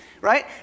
right